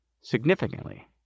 significantly